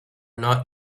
not